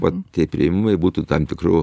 vat tie priėmimai būtų tam tikru